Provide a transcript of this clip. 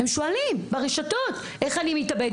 הם שואלים ברשתות איך אני מתאבד?